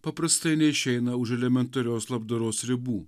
paprastai neišeina už elementarios labdaros ribų